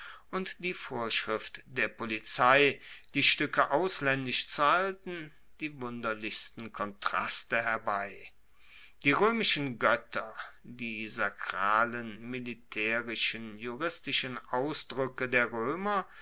und die vorschrift der polizei die stuecke auslaendisch zu halten die wunderlichsten kontraste herbei die roemischen goetter die sakralen militaerischen juristischen ausdruecke der roemer